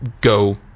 go